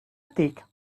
thick